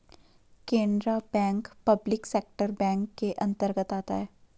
Canara bank public sector bank के अंतर्गत आता है